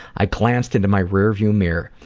i glanced into my rear view mirror,